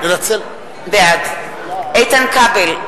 בעד איתן כבל,